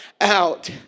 out